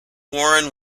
warren